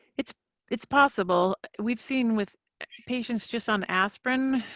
it's it's possible. we've seen with patients just on aspirin,